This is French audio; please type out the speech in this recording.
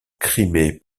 crimée